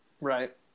right